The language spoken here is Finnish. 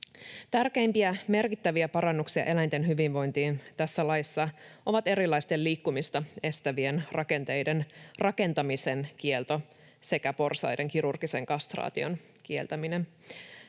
Tärkeimpiä merkittäviä parannuksia eläinten hyvinvointiin tässä laissa ovat erilaisten liikkumista estävien rakenteiden rakentamisen kielto sekä porsaiden kirurgisen kastraation kieltäminen.